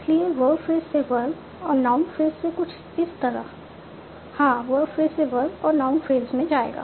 इसलिए verb phrase से verb और नाउन फ्रेज से कुछ इस तरह हां वर्ब फ्रेज वर्ब ओर नाउन फ्रेज में जाएगा